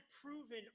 proven